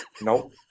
Nope